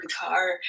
guitar